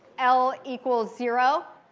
l equals zero.